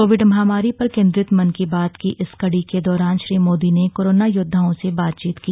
Covid महामारी पर केन्द्रित मन की बात की इस कड़ी के दौरान श्री मोदी ने कोरोना योद्वाओं से बातचीत की